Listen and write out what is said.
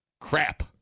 Crap